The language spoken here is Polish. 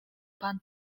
pan